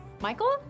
Michael